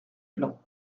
plan